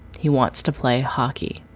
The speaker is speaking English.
he wants to play hockey.